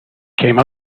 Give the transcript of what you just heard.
came